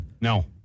No